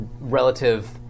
relative